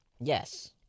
Yes